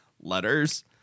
letters